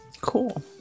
cool